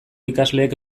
ikasleek